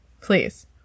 please